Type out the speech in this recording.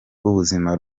rw’ubuzima